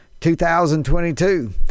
2022